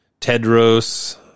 tedros